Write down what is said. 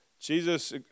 Jesus